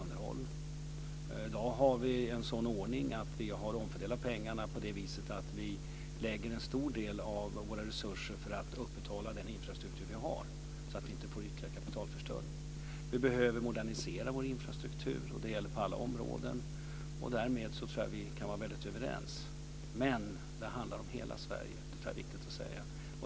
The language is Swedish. I dag har vi en sådan ordning att vi har omfördelat pengarna på det viset att vi lägger en stor del av våra resurser för att upprätthålla den infrastruktur som vi har så att vi inte får ytterligare kapitalförstöring. Vi behöver modernisera vår infrastruktur, och det gäller alla områden. Därmed tror jag att vi kan vara väldigt överens. Men det handlar om hela Sverige, det är viktigt att säga.